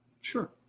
Sure